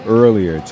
earlier